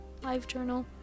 LiveJournal